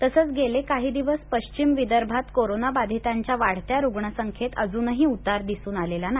तसंच गेले काही दिवस पश्चिम विदर्भात कोरोनाबाधितांच्या वाढत्या रुग्ण संख्येत अजूनही उतार दिसून आलेला नाही